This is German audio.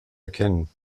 erkennen